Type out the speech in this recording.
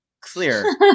Clear